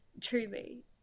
truly